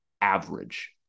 average